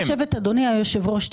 אדוני היושב ראש,